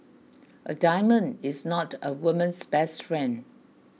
a diamond is not a woman's best friend